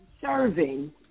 serving